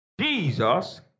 Jesus